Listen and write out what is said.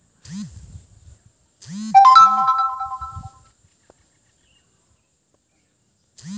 বেকার লোকদের লিগে যে সব ইমল্পিমেন্ট এক্ট পাওয়া যায়